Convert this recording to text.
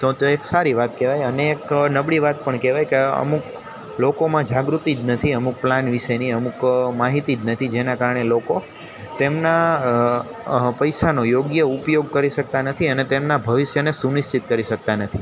તો તો એક સારી વાત કહેવાય અને એક નબળી વાત પણ કહેવાય કે અમુક લોકોમાં જાગૃતિ જ નથી અમુક પ્લાન વીશેની અમુક માહિતી જ નથી જેના કારણે લોકો તેમના પૈસાનો યોગ્ય ઉપયોગ કરી શકતા નથી અને તેમના ભવિષ્યને સુનિશ્ચિત કરી શકતા નથી